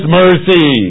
mercy